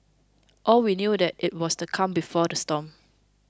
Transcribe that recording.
all we knew that it was the calm before the storm